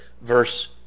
verse